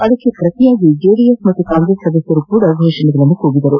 ಅದಕ್ಕೆ ಪ್ರತಿಯಾಗಿ ಜೆಡಿಎಸ್ ಕಾಂಗ್ರೆಸ್ ಸದಸ್ಯರು ಕೂಡ ಫೋಷಣೆ ಕೂಗಿದರು